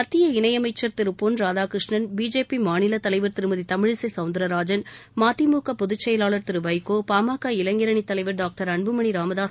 மத்திய இணையமைச்சர் திரு பொன் ராதாகிருஷ்ணன் பிஜேபி மாநில தலைவா் திருமதி தமிழிசை சௌந்தா்ராஜன் மதிமுக பொதுச்செயலாளா் திரு வைகோ பாமக இளைஞரணி தலைவா் டாக்டா் அன்புமணி ராமதாஸ்